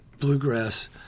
bluegrass